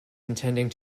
intending